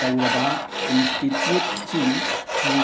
ꯇꯧꯔꯕ ꯏꯟꯁꯇꯤꯇ꯭ꯌꯨꯠꯁꯤꯡ ꯊꯤꯌꯨ